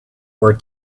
were